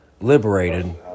liberated